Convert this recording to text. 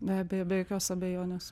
be abejo be jokios abejonės